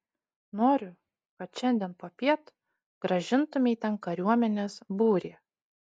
noriu kad šiandien popiet grąžintumei ten kariuomenės būrį